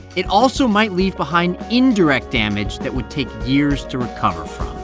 it also might leave behind indirect damage that would take years to recover from